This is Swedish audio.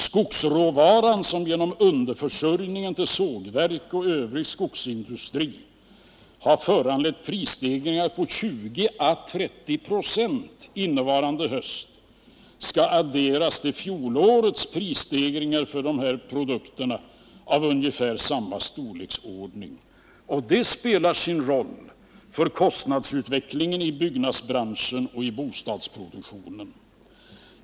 Skogsråvarans prisutveckling, som till följd av underförsörjningen till sågverk och övrig skogsindustri har föranlett höjningar på 20 å 30 960 innevarande höst, skall adderas till fjolårets prisstegringar för dessa produkter av ungefär samma storleksordning. Det spelar sin roll för kostnadsutvecklingen i byggnadsbranschen och i bostadsproduktionen.